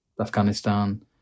Afghanistan